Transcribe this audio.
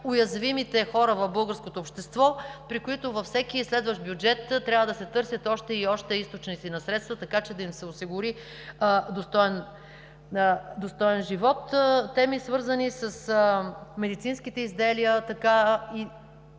най-уязвимите хора в българското общество, за които във всеки следващ бюджет трябва да се търсят още и още източници на средства, така че да им се осигури достоен живот. Това са теми, свързани с медицинските изделия. Не